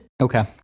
Okay